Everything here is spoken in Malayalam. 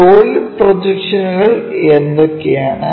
സോളിഡ് പ്രൊജക്ഷനുകൾ എന്തൊക്കെയാണ്